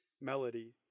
melody